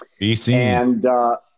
BC